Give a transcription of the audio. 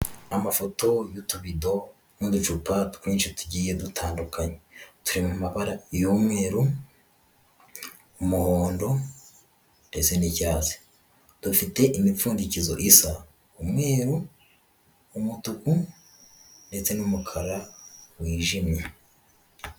Amafoto y'utubido n'uducupa twinshi tugiye dutandukanye, turi mu mabara y'umweru, umuhondo ndetse n'icyatsi, dufite imipfundikizo isa: umweru, umutuku ndetse n'umukara wijimye.